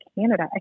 Canada